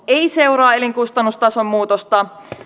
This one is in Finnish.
ei seuraa elinkustannustason muutosta